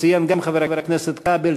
שציין גם חבר הכנסת כבל,